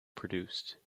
produced